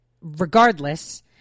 regardless